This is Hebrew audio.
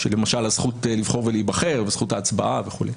למשל הזכות לבחור ולהיבחר וזכות ההצבעה וכו'.